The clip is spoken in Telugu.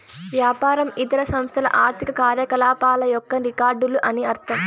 వ్యాపారం ఇతర సంస్థల ఆర్థిక కార్యకలాపాల యొక్క రికార్డులు అని అర్థం